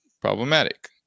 problematic